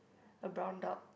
a brown dog